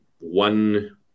one